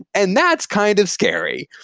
and that's kind of scary.